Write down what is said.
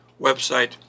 website